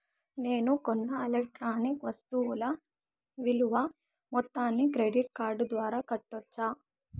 నేను కొన్న ఎలక్ట్రానిక్ వస్తువుల విలువ మొత్తాన్ని క్రెడిట్ కార్డు ద్వారా కట్టొచ్చా?